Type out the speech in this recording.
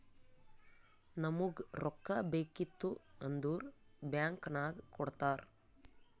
ನಮುಗ್ ರೊಕ್ಕಾ ಬೇಕಿತ್ತು ಅಂದುರ್ ಬ್ಯಾಂಕ್ ನಾಗ್ ಕೊಡ್ತಾರ್